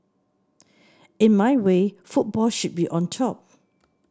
in my way football should be on top